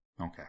Okay